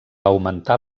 augmentar